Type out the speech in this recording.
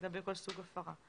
לגבי כל סוג הפרה.